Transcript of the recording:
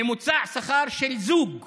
ממוצע השכר של זוג יהודים,